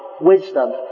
wisdom